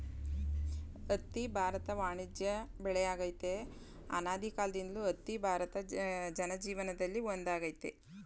ಹತ್ತಿ ಭಾರತದ ವಾಣಿಜ್ಯ ಬೆಳೆಯಾಗಯ್ತೆ ಅನಾದಿಕಾಲ್ದಿಂದಲೂ ಹತ್ತಿ ಭಾರತ ಜನಜೀವನ್ದಲ್ಲಿ ಒಂದಾಗೈತೆ